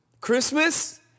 Christmas